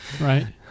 Right